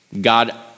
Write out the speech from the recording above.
God